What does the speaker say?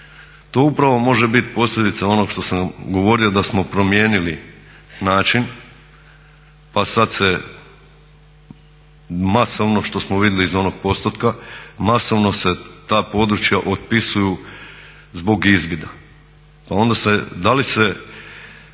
To upravo može bit posljedica onog što sam govorio da smo promijenili način, pa sad se masovno što smo vidjeli iz onog postotka masovno se ta područja otpisuju zbog izvida, a onda da li se